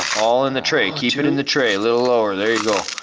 all in the tray, keep it in the tray. a little lower, there you go.